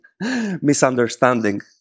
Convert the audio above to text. misunderstanding